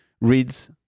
reads